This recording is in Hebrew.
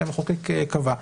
שהמחוקק קבע.